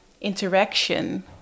interaction